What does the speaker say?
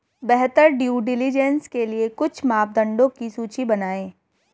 बेहतर due diligence के लिए कुछ मापदंडों की सूची बनाएं?